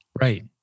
right